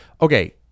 Okay